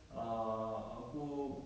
ah aku